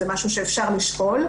זה משהו שאפשר לשקול.